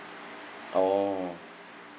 oh